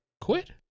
Quit